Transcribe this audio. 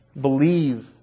believe